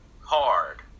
hard